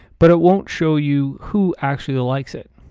but it won't show you who actually ah likes it.